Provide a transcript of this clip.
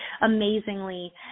amazingly